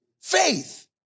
Faith